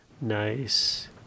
Nice